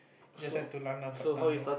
just have to lanlan suck thumb lor